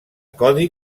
codi